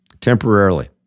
temporarily